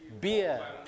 beer